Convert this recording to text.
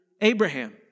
Abraham